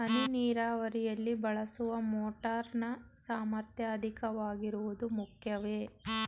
ಹನಿ ನೀರಾವರಿಯಲ್ಲಿ ಬಳಸುವ ಮೋಟಾರ್ ನ ಸಾಮರ್ಥ್ಯ ಅಧಿಕವಾಗಿರುವುದು ಮುಖ್ಯವೇ?